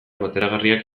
bateragarriak